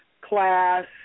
class